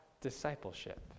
discipleship